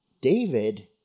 David